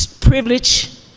privilege